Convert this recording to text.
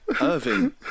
Irving